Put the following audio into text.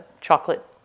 chocolate